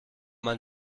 man